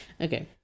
okay